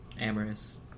amorous